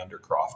undercroft